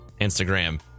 Instagram